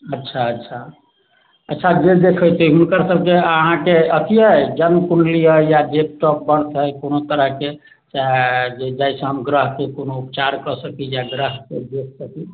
अच्छा अच्छा अच्छा जे देखैत छै हुनकर सभकेँ अहाँके अथि अछि जन्म कुण्डली अछि या डेट ओफ बर्थ अछि कओनो तरहके चाहे जाहि से हम ग्रहके कोनो उपचार कऽ सकी या ग्रहके देखि सकी